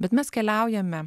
bet mes keliaujame